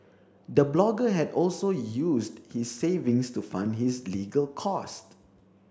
the blogger had also used his savings to fund his legal cost